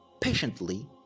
patiently